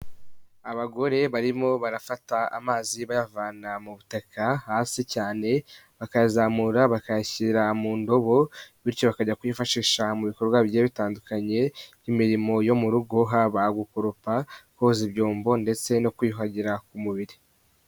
Abagore barimo barafata amazi bayavana mu butaka hasi cyane, bakayazamura bakayashyira mu ndobo, bityo bakajya kuyifashisha mu bikorwa bigiye bitandukanye, nk'imirimo yo mu rugo haba gukoropa, koza ibyombo ndetse no kwiyuhagira ku mubiri.